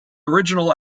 original